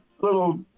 little